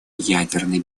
ядерной